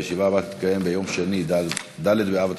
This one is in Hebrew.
הישיבה הבאה תתקיים ביום שני, ד' באב התשע"ח,